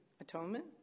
atonement